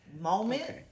moment